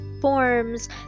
forms